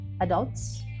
adults